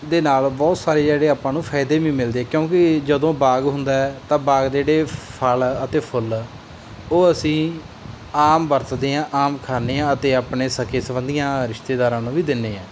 ਦੇ ਨਾਲ ਬਹੁਤ ਸਾਰੇ ਜਿਹੜੇ ਆਪਾਂ ਨੂੰ ਫਾਇਦੇ ਵੀ ਮਿਲਦੇ ਕਿਉਂਕਿ ਜਦੋਂ ਬਾਗ ਹੁੰਦਾ ਤਾਂ ਬਾਗ ਦੇ ਜਿਹੜੇ ਫਲ ਅਤੇ ਫੁੱਲ ਉਹ ਅਸੀਂ ਆਮ ਵਰਤਦੇ ਹਾਂ ਆਮ ਖਾਂਦੇ ਹਾਂ ਅਤੇ ਆਪਣੇ ਸਕੇ ਸੰਬੰਧੀਆਂ ਰਿਸ਼ਤੇਦਾਰਾਂ ਨੂੰ ਵੀ ਦਿੰਦੇ ਹਾਂ